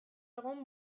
egun